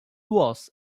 was